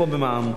כמו במע"מ,